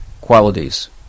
qualities